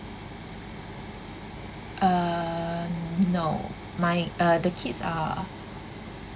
uh no my uh the kids are